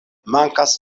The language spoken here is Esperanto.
mankas